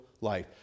life